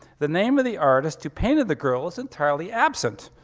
the name of the artist who painted the girl is entirely absent.